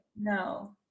No